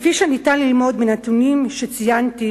כפי שניתן ללמוד מן הנתונים שציינתי,